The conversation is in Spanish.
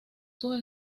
sus